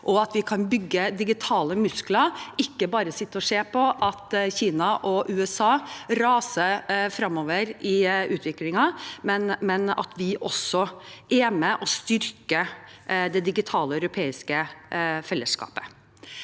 og at vi kan bygge digitale muskler og ikke bare sitte og se på at Kina og USA raser fremover i utviklingen, men at vi også er med og styrker det europeiske digitale fellesskapet.